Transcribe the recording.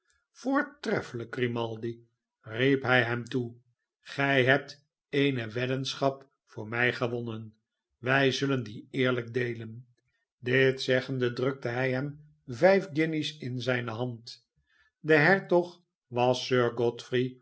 voortreffelijk grimaldi riep hij hem toe gij hebt eene weddenschap voor mij gewonnen wij zullen die eerlijk deelen dit zeggende drukte hij hem vijf guinjes in zijne hand de hertog was